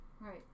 right